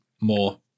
more